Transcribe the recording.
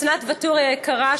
אסנת ואתורי היקרה,